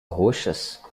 roxas